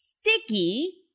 sticky